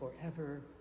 forever